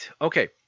Okay